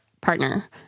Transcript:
partner